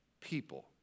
people